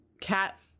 cat